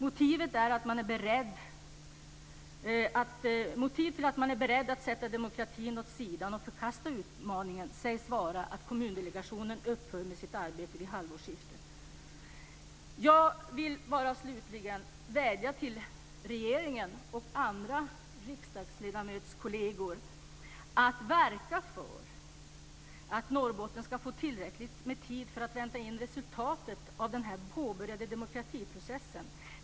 Motivet till att man är beredd att sätta demokratin åt sidan och förkasta Utmaningen sägs vara att Kommundelegationen upphör med sitt arbete vid halvårsskiftet. Jag vill bara slutligen vädja till regeringen och kollegerna bland riksdagsledamöterna att verka för att Norrbotten ska få tillräckligt med tid för att vänta in resultatet av den påbörjade demokratiprocessen.